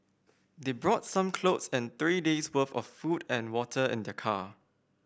they brought some clothes and three days' worth of food and water in their car